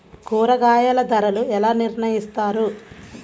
కూరగాయల ధరలు ఎలా నిర్ణయిస్తారు?